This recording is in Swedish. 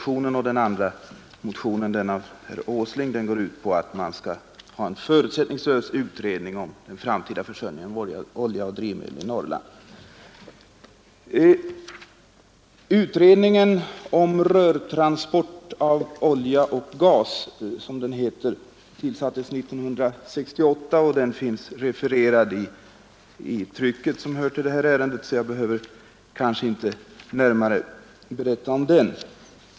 I den andra motionen, av herr Åsling, föreslås att man skall ha en förutsättningslös utredning av den framtida försörjningen Utredningen om rörtransport av olja och gas, som den heter, tillsattes 1968 och finns refererad i trycket som hör till det här ärendet, så jag behöver kanske inte närmare berätta om den.